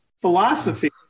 philosophy